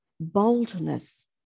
boldness